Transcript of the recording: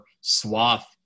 swath